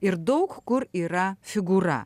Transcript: ir daug kur yra figūra